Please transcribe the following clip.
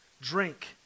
drink